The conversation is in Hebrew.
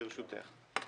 ברשותך.